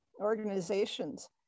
organizations